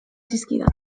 zizkidan